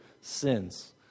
sins